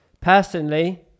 Personally